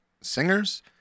singers